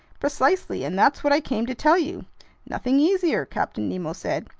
precisely, and that's what i came to tell you nothing easier, captain nemo said.